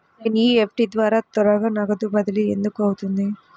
NEFT ద్వారా త్వరగా నగదు బదిలీ ఎందుకు అవుతుంది?